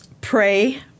pray